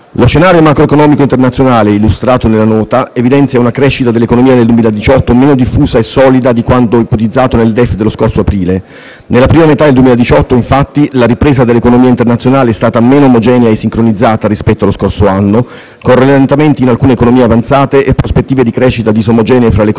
Lo scenario macroeconomico internazionale illustrato nella Nota evidenzia una crescita dell'economia nel 2018 meno diffusa e solida di quanto ipotizzato nel DEF dello scorso aprile: nella prima metà del 2018, infatti, la ripresa dell'economia internazionale è stata meno omogenea e sincronizzata rispetto allo scorso anno, con rallentamenti in alcune economie avanzate e prospettive di crescita disomogenee tra le economie